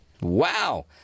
Wow